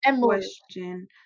question